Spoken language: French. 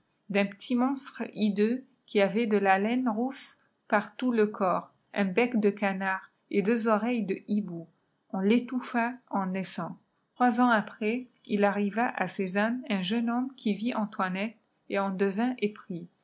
d'un petit monstre hideux qui xavait de la lainfe rousse par tout le corps un bec de canard et deux oreilles de hibou on l'étouffa en naissant trois ans après il arriva à sézanne un jeune homme qui vit antoinette et en devint épris